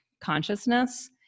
consciousness